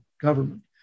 government